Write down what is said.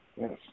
Yes